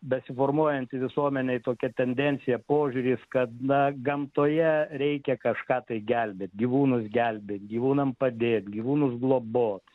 besiformuojanti visuomenei tokia tendencija požiūris kad na gamtoje reikia kažką tai gelbėt gyvūnus gelbėt gyvūnam padėt gyvūnus globot